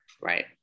right